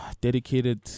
dedicated